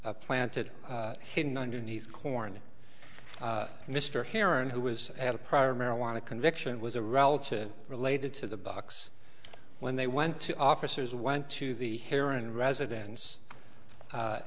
planted hidden underneath corn mr heron who was had a prior marijuana conviction was a relative related to the bucks when they went to officers went to the hair and residence